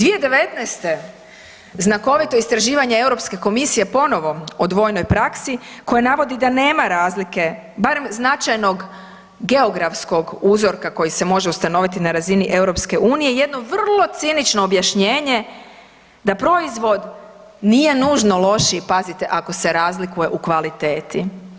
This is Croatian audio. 2019. znakovito istraživanje Europske komisije ponovo o dvojoj praksi koje navodi da nema razlike barem značajnog geografskog uzorka koji se može ustanoviti na razini EU-a, jedno vrlo cinično objašnjenje da proizvod nije nužno lošiji, pazite, ako se razlikuje o kvaliteti.